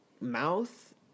Mouth